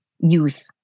youth